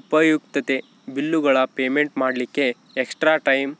ಉಪಯುಕ್ತತೆ ಬಿಲ್ಲುಗಳ ಪೇಮೆಂಟ್ ಮಾಡ್ಲಿಕ್ಕೆ ಎಕ್ಸ್ಟ್ರಾ ಟೈಮ್